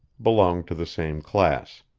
belonged to the same class.